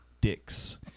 dicks